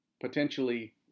potentially